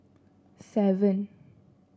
seven